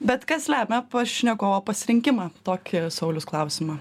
bet kas lemia pašnekovo pasirinkimą tokį sauliaus klausimą